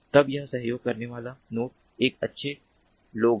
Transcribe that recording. अब वह सहयोग करने वाला नोड एक अच्छे लोग है